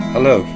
Hello